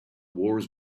wars